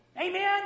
Amen